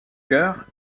chœur